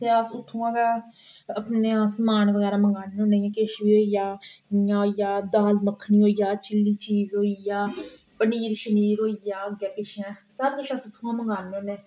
ते अस उत्थुआं गै आक्खने अस समान बगैरा मंगवाने होन्ने इयां अगर किश बी होऐ जा जियां होई गेई दाल मक्खनी चिल्ली चीज होई गेआ पनीर शनीर होई गेआ सब किश अस इत्थुआं दा मंगवाने होन्ने